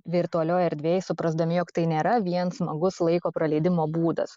virtualioj erdvėj suprasdami jog tai nėra vien smagus laiko praleidimo būdas